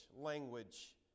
language